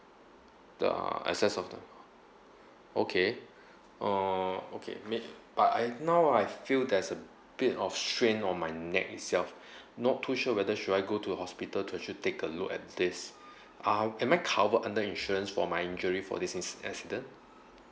the access of the okay oh okay may~ but I now I feel there's a bit of strain on my neck itself not too sure whether should I go to hospital to actually take a look at this uh am I covered under insurance for my injury for this inc~ accident